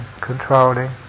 controlling